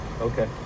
Okay